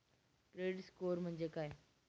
Credit score म्हणजे काय?